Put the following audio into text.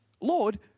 Lord